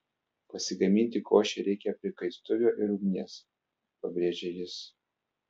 pasigaminti košei reikia prikaistuvio ir ugnies pabrėžė jis